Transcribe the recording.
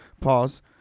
pause